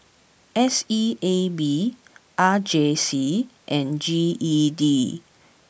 S E A B R J C and G E D